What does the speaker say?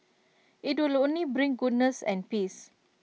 IT will only bring goodness and peace